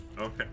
okay